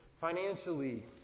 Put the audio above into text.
financially